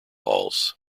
halls